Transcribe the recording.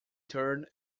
turn